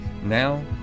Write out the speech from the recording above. Now